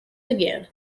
again